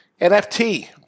NFT